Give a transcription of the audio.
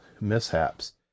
mishaps